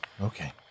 Okay